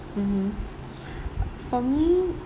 mmhmm for me